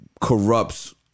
corrupts